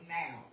now